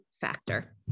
factor